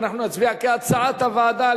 נצביע על שם החוק כהצעת הוועדה.